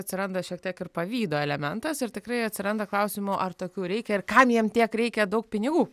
atsiranda šiek tiek ir pavydo elementas ir tikrai atsiranda klausimų ar tokių reikia ir kam jiem tiek reikia daug pinigų